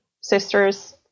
sisters